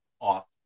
off